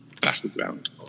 battleground